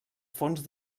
fons